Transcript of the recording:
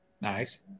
Nice